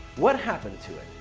what happened to it?